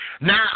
Now